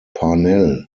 parnell